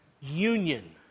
union